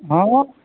ᱦᱚᱸ